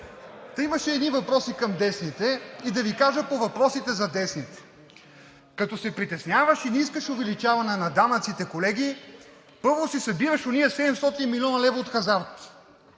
Та имаше едни въпроси към десните и да Ви кажа по въпросите за десните. Като се притесняваш и не искаш увеличаване на данъците, колеги, първо си събираш онези 700 млн. лв. от хазарт.